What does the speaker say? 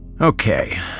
Okay